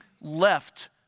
left